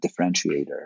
differentiator